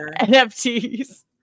NFTs